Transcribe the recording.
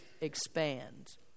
expands